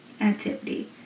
activity